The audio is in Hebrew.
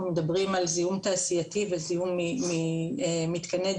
מדברים על זיהום תעשייתי וזיהום ממתקני דלק,